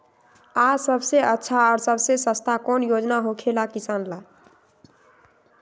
आ सबसे अच्छा और सबसे सस्ता कौन योजना होखेला किसान ला?